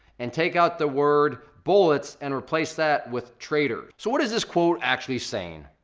and take out the word bullets and replace that with trader. so what is this quote actually saying?